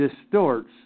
distorts